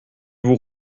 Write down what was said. vous